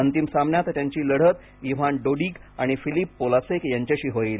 अंतिम सामन्यात त्यांची लढत इव्हान डोडिग आणि फिलिप पोलासेक यांच्याशी होईल